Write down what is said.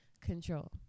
Control